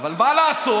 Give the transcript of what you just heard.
אבל מה לעשות,